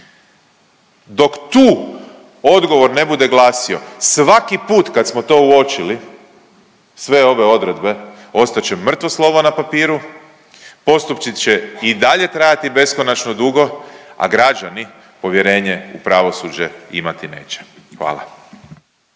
Dok tu odgovor ne bude glasio, svaki put kad smo to uočili, sve ove odredbe, ostat će mrtvo slovo na papiru, postupci će i dalje trajati beskonačno dugo, a građani povjerenje u pravosuđe imati neće, hvala.